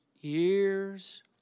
Years